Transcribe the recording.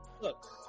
Look